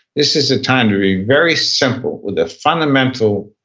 this is a time to be very simple with a fundamental,